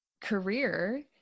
career